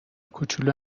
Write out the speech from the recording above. کوچولو